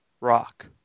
Rock